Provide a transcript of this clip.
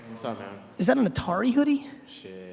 so man? is that an atari hoodie? shit.